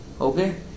okay